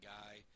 guy